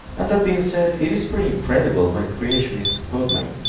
and that being said it is pretty incredible when creationist quote mine,